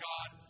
God